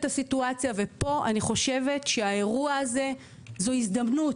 הסיטואציה ופה אני חושבת שהאירוע הזה זאת הזדמנות.